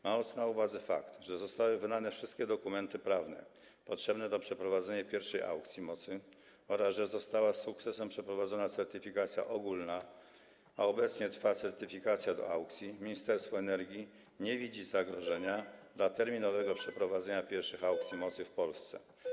Mając na uwadze fakt, że zostały wydane wszystkie dokumenty prawne potrzebne do przeprowadzenia pierwszej aukcji mocy, a także że została z sukcesem przeprowadzona certyfikacja ogólna, a obecnie trwa certyfikacja do aukcji, Ministerstwo Energii nie widzi zagrożenia dla terminowego przeprowadzenia pierwszych aukcji mocy w Polsce.